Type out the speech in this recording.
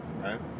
right